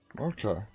Okay